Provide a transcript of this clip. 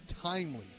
timely